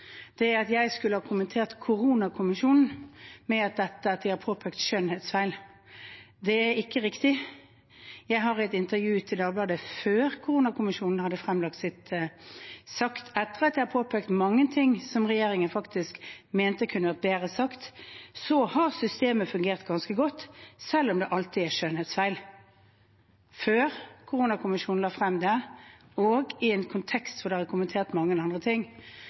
Det er at jeg skulle ha kommentert Koronakommisjonen med at de har påpekt skjønnhetsfeil. Det er ikke riktig. Jeg har i et intervju med Dagbladet, før Koronakommisjonen hadde fremlagt dette, sagt – etter at jeg hadde påpekt mange ting som regjeringen faktisk mente kunne vært bedre – at systemet har fungert ganske godt, selv om det alltid er skjønnhetsfeil. Det var før Koronakommisjonen la dette frem, og i en kontekst hvor det ble kommentert mange andre ting.